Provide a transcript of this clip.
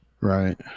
right